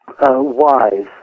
wise